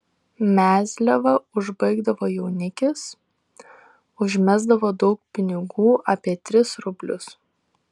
mezliavą užbaigdavo jaunikis užmesdavo daug pinigų apie tris rublius